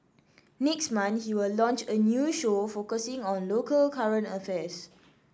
next month he will launch a new show focusing on local current affairs